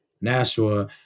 Nashua